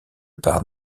par